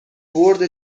برد